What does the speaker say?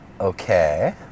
Okay